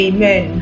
Amen